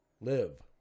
live